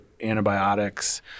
antibiotics